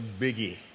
biggie